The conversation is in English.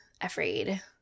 afraid